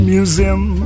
Museum